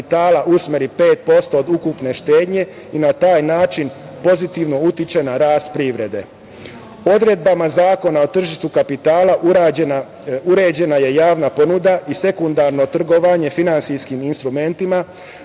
usmeri 5% od ukupne štednje i na taj način pozitivno utiče na rast privrede. Odredbama Zakona o tržištu kapitala uređena je javna ponuda i sekundarno trgovanje finansijskim instrumentima,